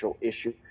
issue